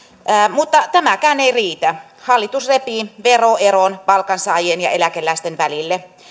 mutta tämäkään ei riitä hallitus repii veroeron palkansaajien ja eläkeläisten välille